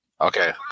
Okay